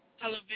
Hello